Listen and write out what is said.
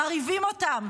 מרעיבים אותן,